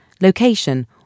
location